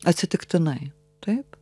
atsitiktinai taip